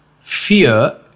Fear